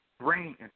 Brain